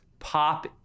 pop